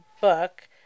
book